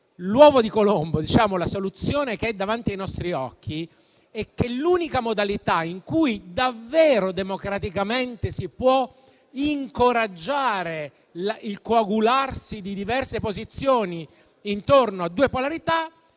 l'uovo di Colombo, la soluzione che è davanti ai nostri occhi è che l'unica modalità - in cui davvero democraticamente si può incoraggiare il coagularsi di diverse posizioni intorno a due polarità